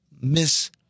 miss